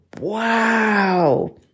wow